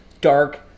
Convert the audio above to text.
dark